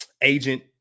agent